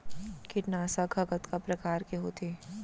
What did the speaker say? कीटनाशक ह कतका प्रकार के होथे?